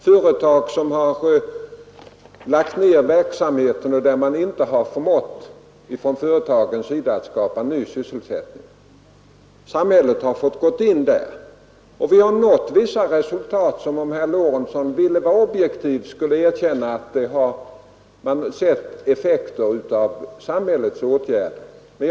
Företag har lagt ned verksamheten, och man har inte från företagens sida förmått skapa ny sysselsättning. Samhället har fått gå in där, och vi har nått vissa resultat. Om herr Lorentzon ville vara objektiv, skulle han erkänna att man har sett effekter av samhällets åtgärder.